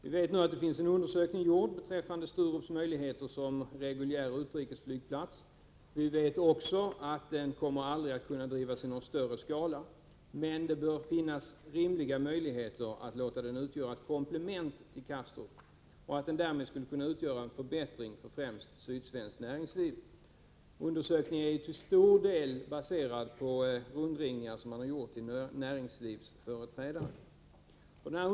Vi vet att en undersökning beträffande Sturups möjligheter att bli reguljär utrikesflygplats har gjorts och att sådan här trafik aldrig kommer att drivas i större skala. Men det bör finnas rimliga möjligheter att låta Sturup utgöra ett komplement till Kastrup och därmed bidra till en förbättring för främst sydsvenskt näringsliv. Undersökningen är till stor del baserad på rundringningar till näringslivsföreträdare.